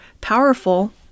powerful